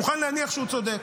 אני מוכן להניח שהוא צודק.